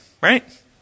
right